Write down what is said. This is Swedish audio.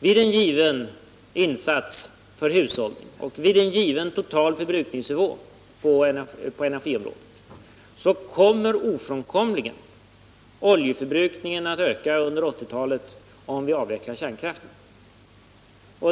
Vid en given insats för hushållning och vid en given total förbrukningsnivå på energiområdet kommer ofrånkomligen oljeförbrukningen att öka under 1980-talet om vi avvecklar kärnkraften.